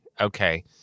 Okay